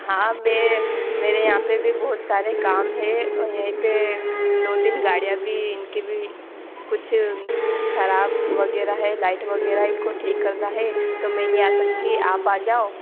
हाँ मे मेरे यहाँ पर भी बहुत सारे काम हैं और यहीं पर दो तीन गाड़ियाँ भी इनकी भी कुछ खराब वगैरह हैं लाइट वगैरह इनको ठीक करना है तो मैं नहीं आ सकती आप आ जाओ